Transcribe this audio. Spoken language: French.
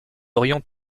aurions